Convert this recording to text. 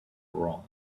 wrong